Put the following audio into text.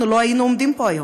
אנחנו לא היינו עומדים פה היום.